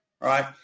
right